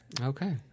Okay